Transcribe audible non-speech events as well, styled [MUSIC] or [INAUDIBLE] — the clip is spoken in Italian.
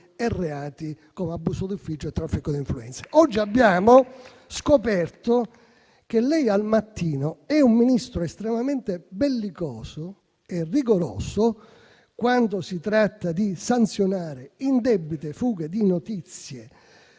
e reati come abuso d'ufficio e traffico di influenza. [APPLAUSE] Oggi abbiamo scoperto che lei al mattino è un Ministro estremamente bellicoso e rigoroso, quando si tratta di sanzionare indebite fughe di notizie